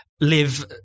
live